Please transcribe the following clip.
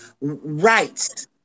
rights